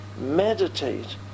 Meditate